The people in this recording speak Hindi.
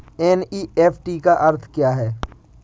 एन.ई.एफ.टी का अर्थ क्या है?